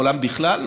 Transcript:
בעולם בכלל.